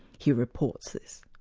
he reports this.